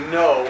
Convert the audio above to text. no